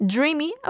Dreamy